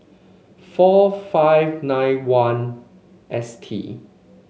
four five nine one S T